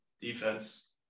defense